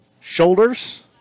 shoulders